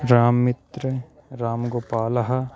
राम्मित्रः रामगोपालः